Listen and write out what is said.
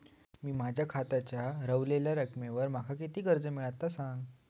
मी माझ्या खात्याच्या ऱ्हवलेल्या रकमेवर माका किती कर्ज मिळात ता सांगा?